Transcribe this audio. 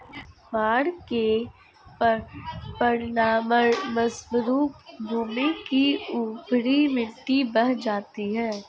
बाढ़ के परिणामस्वरूप भूमि की ऊपरी मिट्टी बह जाती है